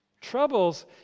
Troubles